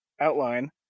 outline